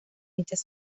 hechas